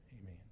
amen